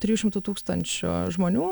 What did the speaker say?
trijų šimtų tūkstančių žmonių